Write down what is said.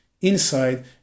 inside